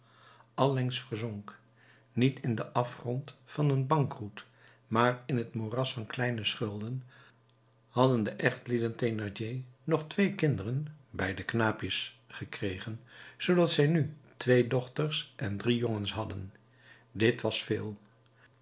allengs verzonk niet in den afgrond van een bankroet maar in het moeras van kleine schulden hadden de echtelieden thénardier nog twee kinderen beiden knaapjes gekregen zoodat zij nu twee dochters en drie jongens hadden dit was veel